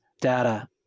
data